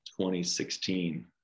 2016